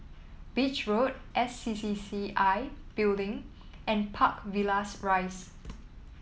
Beach Road S C C C I Building and Park Villas Rise